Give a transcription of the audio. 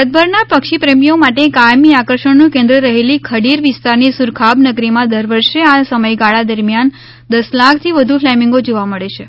ભારતભરના પક્ષીપ્રેમીઓ માટે કાયમી આકર્ષણનું કેન્દ્ર રહેલી ખડીર વિસ્તારની સુરખાબ નગરીમાં દરવર્ષે આ સમયગાળા દરિયાન દસ લાખાથી વધુ ફ્લેમીંગો જોવા મળે છે